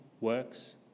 works